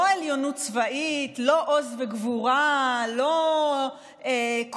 לא עליונות צבאית, לא עוז וגבורה, לא קוממיות.